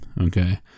Okay